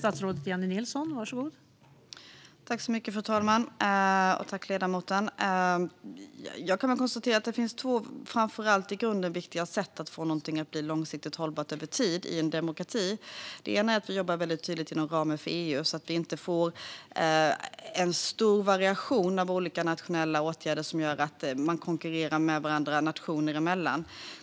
Fru talman! Det finns i grunden två viktiga sätt att få något att bli långsiktigt hållbart över tid i en demokrati. Det ena är att vi jobbar väldigt tydligt inom ramen för EU, så att vi inte får en stor variation av olika nationella åtgärder där man konkurrerar med varandra nationer emellan.